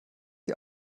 die